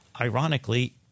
ironically